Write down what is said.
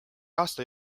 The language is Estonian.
aasta